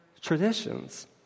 traditions